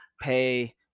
pay